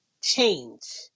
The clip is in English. change